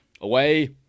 Away